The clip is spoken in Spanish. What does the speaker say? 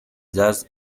jazz